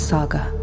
Saga